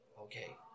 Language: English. okay